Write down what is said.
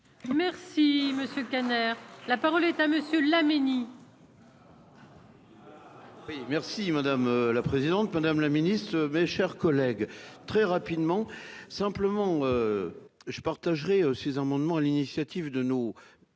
Merci Monsieur Kahn R. : la parole est à monsieur Laménie. Oui merci madame la présidente, madame la Ministre, mes chers collègues, très rapidement, simplement je partagerai 6 amendements à l'initiative de nos